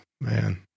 man